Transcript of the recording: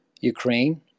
Ukraine